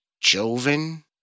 Joven